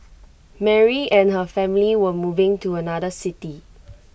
Mary and her family were moving to another city